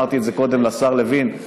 אמרתי את זה קודם לשר לוין.